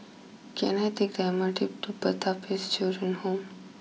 can I take the M R T to Pertapis Children Home